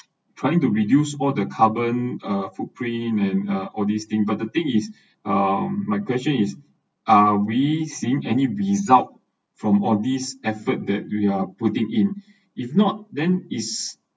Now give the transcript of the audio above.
trying to reduce all the carbon uh footprint and uh all these thing but the thing is um my question is are we seeing any result from all these effort that we are putting in if not then is